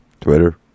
twitter